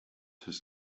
his